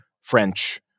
French